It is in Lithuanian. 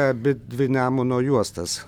abi dvi nemuno juostas